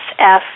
sf